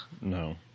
No